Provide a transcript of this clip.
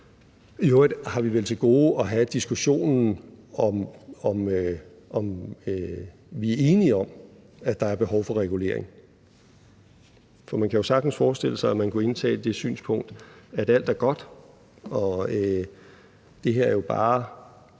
I øvrigt har vi vel til gode at have diskussionen om, om vi er enige om, at der er behov for regulering. For man kan jo sagtens forestille sig, at man kunne indtage det synspunkt, at alt er godt, og at det her jo bare